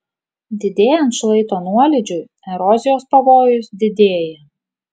didėjant šlaito nuolydžiui erozijos pavojus didėja